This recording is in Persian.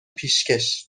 پیشکش